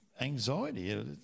anxiety